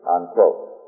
Unquote